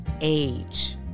age